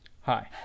Hi